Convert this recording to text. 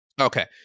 okay